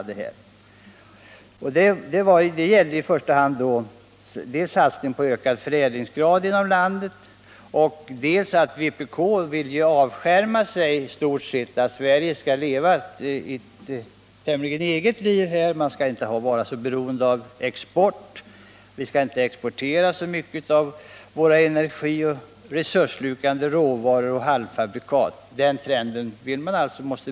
Det gällde i första hand dels satsning på ökad förädlingsgrad inom landet, dels att vpk ville avskärma Sverige — vi skall leva ett tämligen eget liv utan att vara så beroende av export. Vi skall inte exportera så mycket av våra energioch resursslukande råvaror och halvfabrikat. Den trenden ville man alltså bryta.